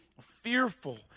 fearful